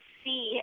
see